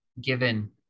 given